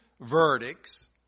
verdicts